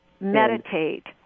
meditate